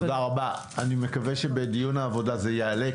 תודה רבה, אני מקווה שבדיון העבודה זה יעלה.